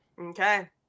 Okay